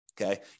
Okay